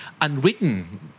Unwritten